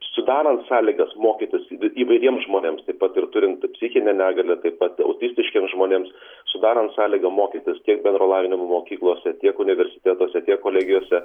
sudarant sąlygas mokytis įvairiems žmonėms taip pat ir turint psichinę negalią taip pat autistiškiems žmonėms sudarant sąlygą mokytis tiek bendro lavinimo mokyklose tiek universitetuose kolegijose